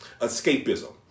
Escapism